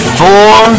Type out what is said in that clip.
four